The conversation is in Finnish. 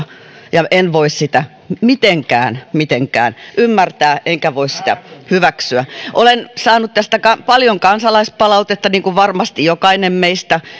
ja en voi sitä mitenkään mitenkään ymmärtää enkä voi sitä hyväksyä olen saanut tästä paljon kansalaispalautetta niin kuin varmasti jokainen meistä